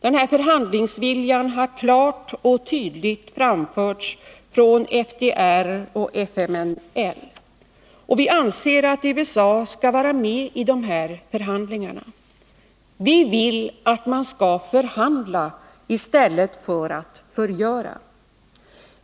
Denna förhandlingsvilja har klart och tydligt framförts från FDR och FMNL. Och vi anser att USA skall vara med i dessa förhandlingar. Vi vill att man skall förhandla i stället för att förgöra.